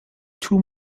two